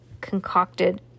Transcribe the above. concocted